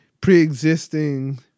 pre-existing